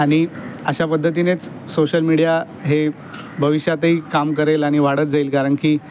आणि अशा पद्धतीनेच सोशल मिडीया हे भविष्यातही काम करेल आणि वाढत जाईल कारण की